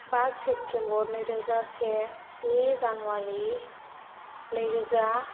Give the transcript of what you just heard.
बा सेप्तेम्बर नै रोजा से स्नि जानुवारि नै रोजा